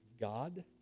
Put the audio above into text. God